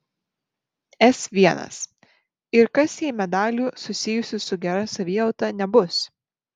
s l ir kas jei medalių susijusių su gera savijauta nebus